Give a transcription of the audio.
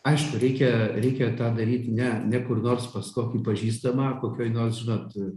aišku reikia reikia tą daryti ne ne kur nors pas kokį pažįstamą kokioj nors žinot